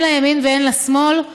הן לימין והן לשמאל,